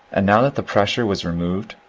and now that the pressure was removed,